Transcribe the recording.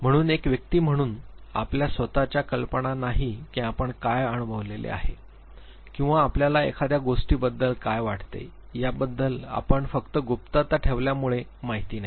म्हणून एक व्यक्ती म्हणून आपल्या स्वत ला कल्पना नाही की आपण काय अनुभवलेले आहे किंवा आपल्याला एखाद्या गोष्टीबद्दल काय वाटते याबद्दल आपण फक्त गुप्तता ठेवल्यामुळे माहिती नाही